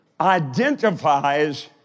identifies